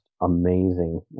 amazing